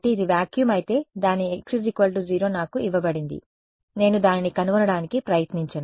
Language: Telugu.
కాబట్టి ఇది వాక్యూమ్ అయితే దాని x 0 నాకు ఇవ్వబడింది నేను దానిని కనుగొనడానికి ప్రయత్నించను